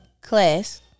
class